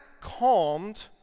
calmed